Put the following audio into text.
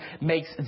makes